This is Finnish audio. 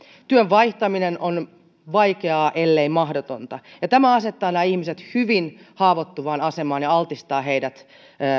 työn vaihtaminen on vaikeaa ellei mahdotonta tämä asettaa nämä ihmiset hyvin haavoittuvaan asemaan ja altistaa heidät